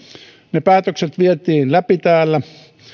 ne päätökset vietiin läpi täällä